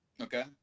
Okay